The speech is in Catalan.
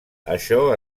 això